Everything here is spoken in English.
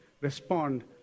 respond